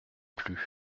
plus